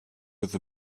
with